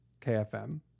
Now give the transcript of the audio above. KFM